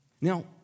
Now